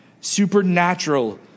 Supernatural